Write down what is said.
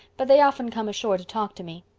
but they often come ashore to talk to me.